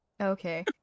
Okay